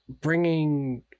bringing